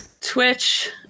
Twitch